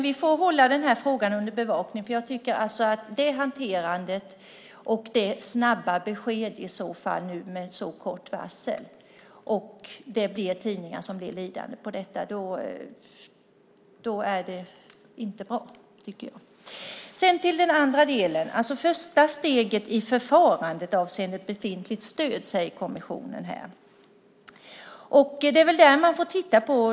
Vi får hålla frågan under bevakning, för om detta korta varsel innebär att tidningar blir lidande, då är det inte bra. När det gäller den andra delen säger kommissionen att första steget i förfarandet avser ett befintligt stöd. Det är väl det man får titta på.